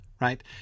right